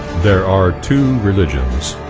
there are two religions,